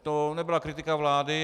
To nebyla kritika vlády.